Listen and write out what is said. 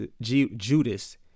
Judas